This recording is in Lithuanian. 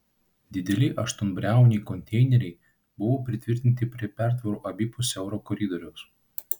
dideli aštuonbriauniai konteineriai buvo pritvirtinti prie pertvarų abipus siauro koridoriaus